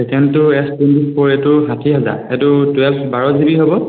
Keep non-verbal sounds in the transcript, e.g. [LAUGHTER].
[UNINTELLIGIBLE] S twenty four' এইটো ষাঠি হাজাৰ এইটো টুৱেল্ভ বাৰ জিবি হ'ব